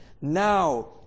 now